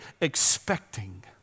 expecting